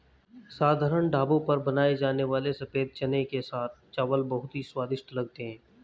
साधारण ढाबों पर बनाए जाने वाले सफेद चने के साथ चावल बहुत ही स्वादिष्ट लगते हैं